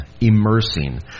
immersing